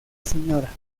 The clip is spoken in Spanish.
sra